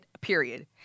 Period